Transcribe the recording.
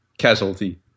casualty